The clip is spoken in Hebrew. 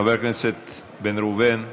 חבר הכנסת בן ראובן,